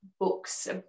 books